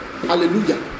Hallelujah